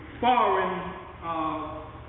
foreign